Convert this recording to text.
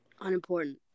unimportant